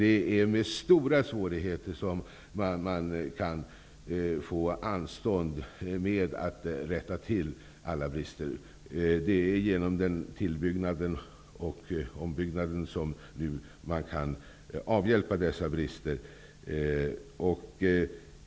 Det är med stora svårigheter som det går att få anstånd med att rätta till alla brister. Det är med hjälp av denna till och ombyggnad som det går att avhjälpa dessa brister.